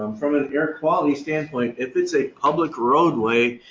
from an air quality standpoint, if it's a public roadway,